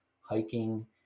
hiking